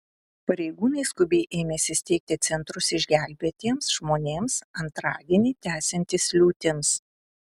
pareigūnai skubiai ėmėsi steigti centrus išgelbėtiems žmonėms antradienį tęsiantis liūtims